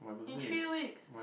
in three weeks